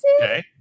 Okay